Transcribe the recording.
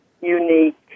unique